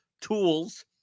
tools